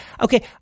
Okay